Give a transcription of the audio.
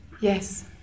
Yes